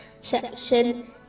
section